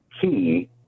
key